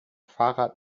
fahrrad